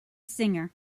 singer